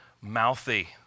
mouthy